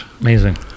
Amazing